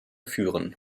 führen